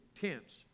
tents